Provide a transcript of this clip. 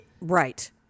right